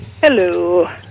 Hello